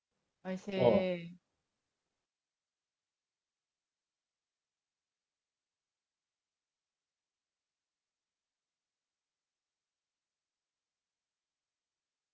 I see